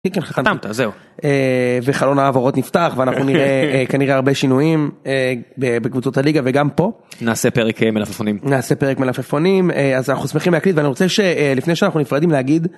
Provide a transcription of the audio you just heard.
וחלון ההעברות נפתח ואנחנו נראה כנראה הרבה שינויים בקבוצות הליגה וגם פה. נעשה פרק מלפפונים. נעשה פרק מלפפונים, אז אנחנו שמחים להקליט ואני רוצה שלפני שאנחנו נפרדים להגיד.